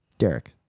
Derek